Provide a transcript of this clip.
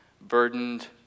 burdened